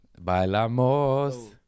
bailamos